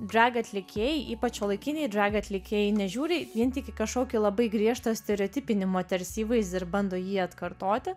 drag atlikėjai ypač šiuolaikiniai drag atlikėjai nežiūri vien tik į kažkokį labai griežtą stereotipinį moters įvaizdį ir bando jį atkartoti